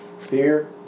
Fear